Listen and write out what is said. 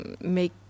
make